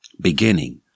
Beginning